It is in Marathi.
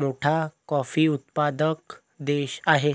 मोठा कॉफी उत्पादक देश आहे